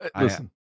Listen